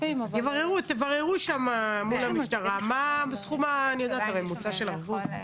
תבררו שם מול המשטרה מה הסכום הממוצע של ערבות.